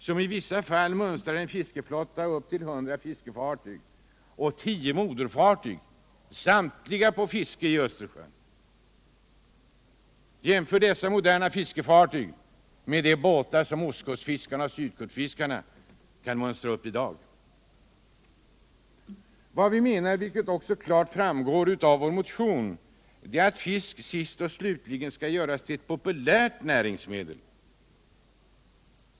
I vissa fall förekommer sådana flottor på upp till 100 fiskefartyg och 10 moderfartyg, samtliga på fiske i Östersjön. Jämför dessa moderna fiskefartyg med de båtar som ostkustfiskarna och sydkustfiskarna kan mönstra upp i dag! Vad vi menar, vilket också klart framgår av vår motion, är att fisk sist och slutligen skall göras till ett populärt näringsmedel.